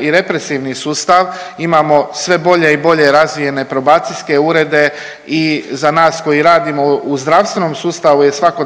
i represivni sustav, imamo sve bolje i bolje razvijene probacijske urede i za nas koji radimo u zdravstvenom sustavu je svakodnevna